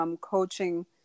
coaching